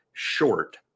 short